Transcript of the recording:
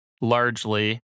largely